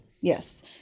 Yes